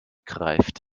greift